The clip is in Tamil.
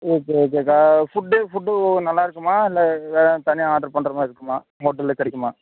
ஓகே ஓகேக்கா ஃபுட்டு ஃபுட்டு நல்லாருக்குமா இல்லை தனியாக ஆர்டர் பண்ணுற மாதிரி இருக்குமா ஹோட்டலில் கிடைக்குமா